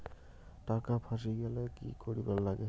টাকা ফাঁসি গেলে কি করিবার লাগে?